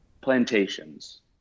plantations